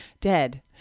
Dead